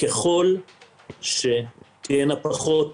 ככל שתהיה פחות